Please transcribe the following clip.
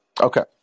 Okay